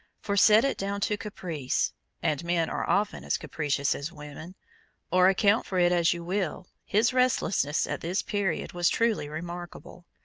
for set it down to caprice and men are often as capricious as women or account for it as you will, his restlessness at this period was truly remarkable.